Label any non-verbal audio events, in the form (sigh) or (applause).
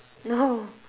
no (laughs)